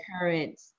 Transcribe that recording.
current